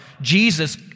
Jesus